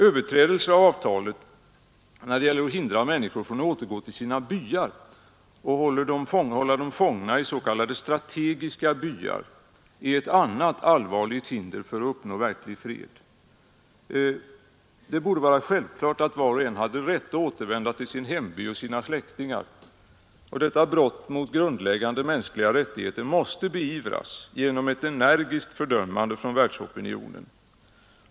Överträdelser av avtalet när det gäller att hindra människor från att återgå till sina byar och hålla dem fångna i s.k. strategiska byar är ett annat allvarligt hinder för att uppnå verklig fred. Det borde vara självklart att var och en hade rätt att återvända till sin hemby och sina släktingar. Detta brott mot grundläggande mänskliga rättigheter måste beivras genom ett energiskt fördömande från världsopinionen.